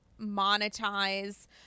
monetize